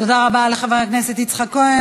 תודה רבה לחבר הכנסת יצחק כהן.